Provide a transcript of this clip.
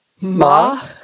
Ma